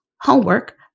homework